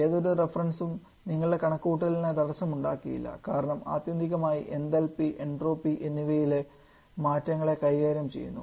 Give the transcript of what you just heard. ഏതൊരു റഫറൻസും നിങ്ങളുടെ കണക്കുകൂട്ടലിനെ തടസ്സം ഉണ്ടാകുകയില്ല കാരണം ആത്യന്തികമായി എന്തൽപി എൻട്രോപ്പി എന്നിവയിലെ മാറ്റങ്ങളെ കൈകാര്യം ചെയ്യുന്നു